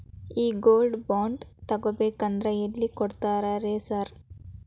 ಈ gold bond ತಗಾಬೇಕಂದ್ರ ಎಲ್ಲಿ ಕೊಡ್ತಾರ ರೇ ಸಾರ್?